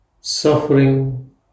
suffering